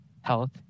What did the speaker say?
health